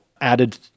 added